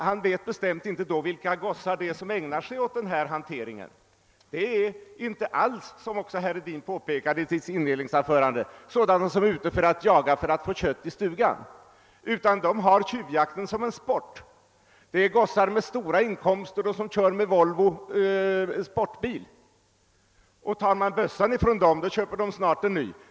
Han vet bestämt inte vilka slags gossar det är som ägnar sig åt den här hanteringen. Det är, som herr Hedin påpekade i sitt inledningsanförande, inte alls fråga om personer som jagar för att få kött i stugan, utan man har tjuvjakten som en sport. Det är gossar med stora inkomster, och de kör med Volvo sportbil. Tar man bössan ifrån dem, köper de snart en ny.